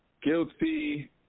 guilty